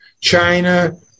China